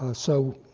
ah so